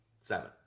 Seven